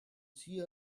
see